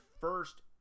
first